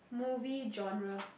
movie genres